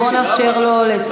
למה?